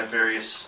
various